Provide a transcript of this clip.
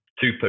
two